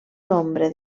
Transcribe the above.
nombre